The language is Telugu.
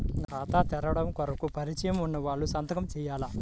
ఖాతా తెరవడం కొరకు పరిచయము వున్నవాళ్లు సంతకము చేయాలా?